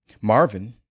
Marvin